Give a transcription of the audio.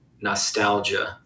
nostalgia